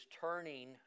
turning